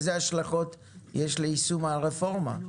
אילו השלכות יש ליישום הרפורמה?